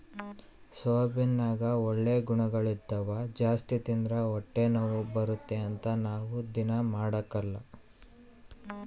ಸೋಯಾಬೀನ್ನಗ ಒಳ್ಳೆ ಗುಣಗಳಿದ್ದವ ಜಾಸ್ತಿ ತಿಂದ್ರ ಹೊಟ್ಟೆನೋವು ಬರುತ್ತೆ ಅಂತ ನಾವು ದೀನಾ ಮಾಡಕಲ್ಲ